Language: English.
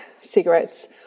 cigarettes